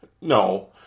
No